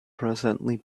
presently